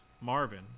Marvin